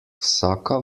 vsaka